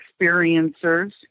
experiencers